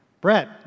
Brett